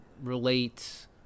relate